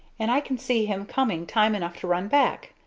and i can see him coming time enough to run back.